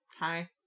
Hi